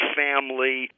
family